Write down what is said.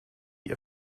ihr